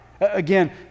Again